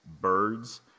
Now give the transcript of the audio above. birds